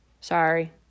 Sorry